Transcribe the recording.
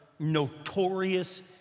notorious